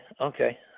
okay